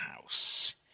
house